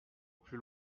plus